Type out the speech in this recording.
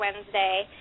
Wednesday